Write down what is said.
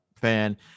fan